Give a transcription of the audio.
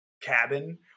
cabin